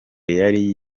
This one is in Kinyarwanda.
yari